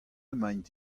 emaint